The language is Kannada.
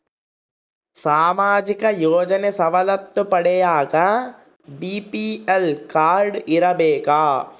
ಸಾಮಾಜಿಕ ಯೋಜನೆ ಸವಲತ್ತು ಪಡಿಯಾಕ ಬಿ.ಪಿ.ಎಲ್ ಕಾಡ್೯ ಇರಬೇಕಾ?